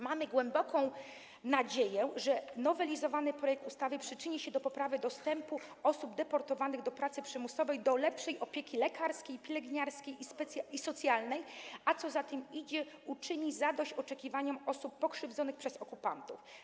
Mamy głęboką nadzieję, że nowelizowany projekt ustawy przyczyni się do poprawy dostępu osób deportowanych do pracy przymusowej do lepszej opieki lekarskiej, pielęgniarskiej i socjalnej, a co za tym idzie - uczyni zadość oczekiwaniom osób pokrzywdzonych przez okupantów.